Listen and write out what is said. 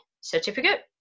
certificate